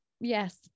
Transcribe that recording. yes